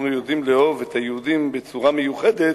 אנחנו יודעים לאהוב את היהודים בצורה מיוחדת,